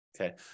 okay